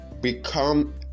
become